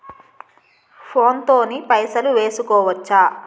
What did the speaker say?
Phone తోని పైసలు వేసుకోవచ్చా?